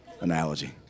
analogy